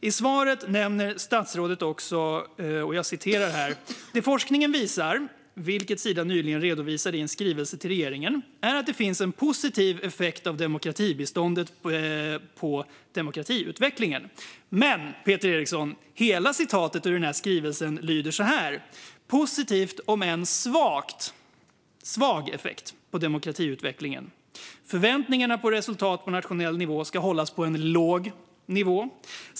I svaret säger statsrådet: "Det forskningen visar, vilket Sida nyligen redovisade i en skrivelse till regeringen, är att det finns en positiv effekt av demokratibiståndet på demokratiutvecklingen." Men, Peter Eriksson, hela formuleringen i skrivelsen lyder så här: Det har en positiv om än svag effekt på demokratiutvecklingen. Förväntningarna på resultat på nationell nivå ska hållas på en låg nivå.